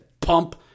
pump